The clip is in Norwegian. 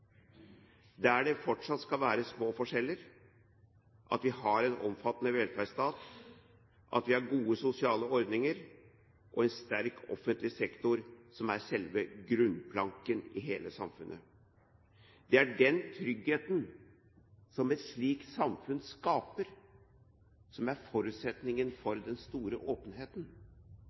der det fortsatt skal være små forskjeller, at vi har en omfattende velferdsstat, og at vi har gode sosiale ordninger og en sterk offentlig sektor, som er selve grunnplanken i hele samfunnet. Det er den tryggheten et slikt samfunn skaper, som er forutsetningen for den store åpenheten.